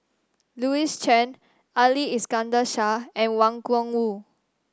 Louis Chen Ali Iskandar Shah and Wang Gungwu